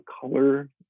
color